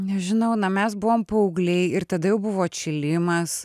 nežinau na mes buvom paaugliai ir tada jau buvo atšilimas